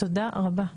תודה רבה רבה.